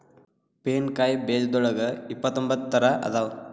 pine ಕಾಯಿ ಬೇಜದೋಳಗ ಇಪ್ಪತ್ರೊಂಬತ್ತ ತರಾ ಅದಾವ